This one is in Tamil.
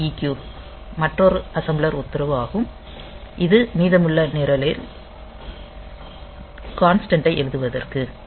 இது EQ மற்றொரு அசெம்பிளர் உத்தரவு ஆகும் இது மீதமுள்ள நிரலில் கான்ஸ்டண்ட் ஐ எழுதுவதற்கு